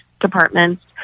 departments